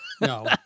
No